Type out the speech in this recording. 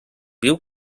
viu